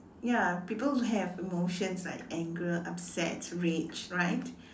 ya people have emotions like anger upset rage right